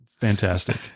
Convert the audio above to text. fantastic